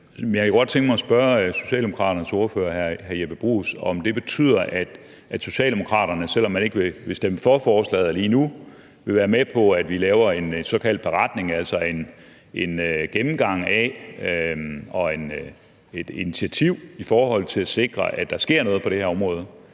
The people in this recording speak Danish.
Jeg kunne godt tænke mig at spørge Socialdemokratiets ordfører, hr. Jeppe Bruus, om det betyder, at Socialdemokratiet, selv om man ikke vil stemme for lovforslaget lige nu, vil være med på, at vi laver en såkaldt beretning, altså en gennemgang af området og et initiativ i forhold til at sikre, at der sker noget på det her område